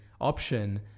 option